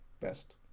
best